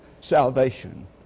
salvation